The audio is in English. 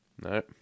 No